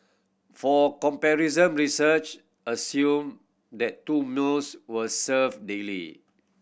for comparison research assumed that two knows were served daily